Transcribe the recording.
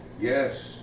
Yes